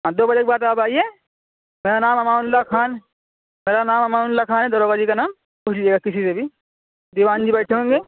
آپ دو بجے کے بعد آپ آئیے میرا نام امان اللہ خان میرا نام امان اللہ خان ہے داروغہ جی کا نام پوچھ لیجیے گا کسی سے بھی دیوان جی بیٹھیں ہوں گے